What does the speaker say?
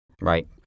Right